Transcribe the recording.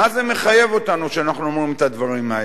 מה זה מחייב אותנו כשאנחנו אומרים את הדברים האלה.